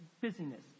busyness